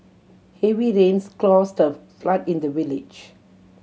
heavy rains caused a flood in the village